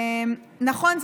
נכון,